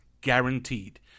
guaranteed